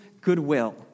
goodwill